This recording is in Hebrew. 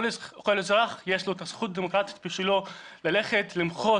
כל אזרח יש לו את הזכות הדמוקרטית שלו ללכת ולמחות,